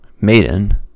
maiden